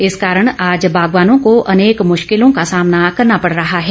इस कारण आज बागवानों को अनेक मुश्किलों का सामना करना पड़ रहा है